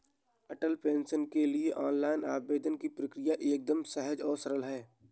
अटल pension के लिए online आवेदन की प्रक्रिया एकदम सहज और सरल है